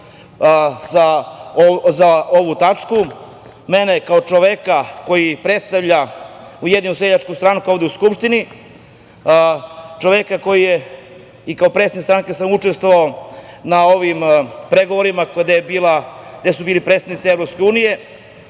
za ovu tačku. Mene kao čoveka koji predstavlja Ujedinjenu seljačku stranku ovde u Skupštini, čoveka koji je i kao predsednik stranke sam učestvovao na ovim pregovorima gde su bili predstavnici Evropske unije,